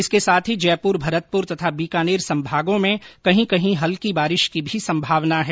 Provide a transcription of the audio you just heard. इसके साथ जयपुर भरतपुर तथा बीकानेर संभागों में कहीं कहीं हल्की बारिश की भी संभावना है